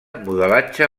modelatge